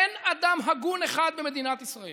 אין אדם הגון אחד במדינת ישראל